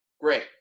Great